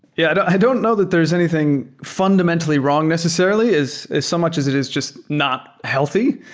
yeah. i don't know that there's anything fundamentally wrong necessarily as as so much as it is just not healthy.